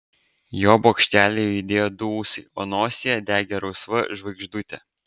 jo bokštelyje judėjo du ūsai o nosyje degė rausva žvaigždutė